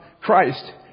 Christ